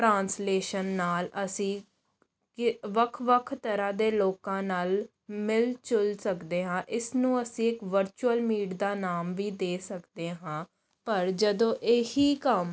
translation ਨਾਲ ਅਸੀਂ ਕਿ ਵੱਖ ਵੱਖ ਤਰ੍ਹਾਂ ਦੇ ਲੋਕਾਂ ਨਾਲ ਮਿਲ ਜੁਲ ਸਕਦੇ ਹਾਂ ਇਸ ਨੂੰ ਅਸੀਂ ਵਰਚੁਅਲ ਮੀਟ ਦਾ ਨਾਮ ਵੀ ਦੇ ਸਕਦੇ ਹਾਂ ਪਰ ਜਦੋਂ ਇਹੀ ਕੰਮ